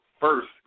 first